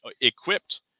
equipped